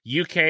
UK